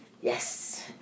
Yes